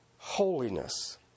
Holiness